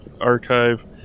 archive